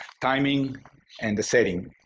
timing and the setting.